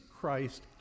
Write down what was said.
Christ